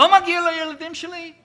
לא מגיע לילדים שלי?